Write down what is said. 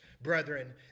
brethren